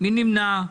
מי נמנע?